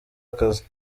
akazi